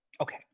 Okay